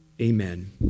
amen